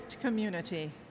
community